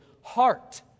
heart